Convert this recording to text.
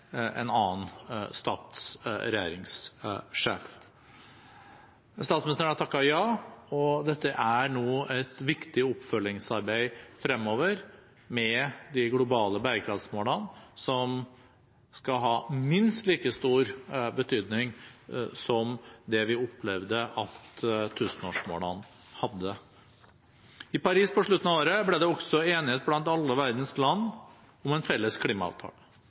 en annen stats regjeringssjef. Statsministeren har takket ja, og dette er nå et viktig oppfølgingsarbeid fremover, med de globale bærekraftsmålene, som skal ha minst like stor betydning som det vi opplevde at tusenårsmålene hadde. I Paris på slutten av året ble det også enighet blant alle verdens land om en felles klimaavtale.